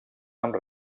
amb